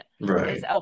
Right